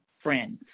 friends